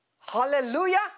Hallelujah